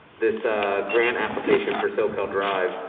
this grant application for soquel drive,